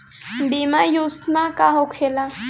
बीमा योजना का होखे ला?